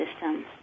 system